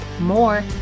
more